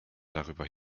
darüber